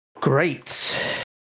Great